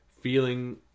feeling